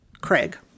Craig